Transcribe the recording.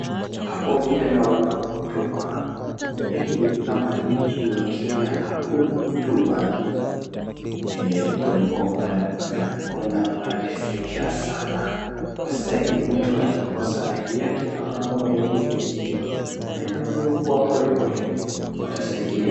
Hapo vile naona huduma, yaani kama nchi ya Kenya hakuna huduma, vile walikuwa wanaona wanatesekea sana, kwa sahii mtu akikosa ID yake ama aone ID yake imepotea anaenda kwa huduma polepole, watasaidia.